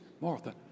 Martha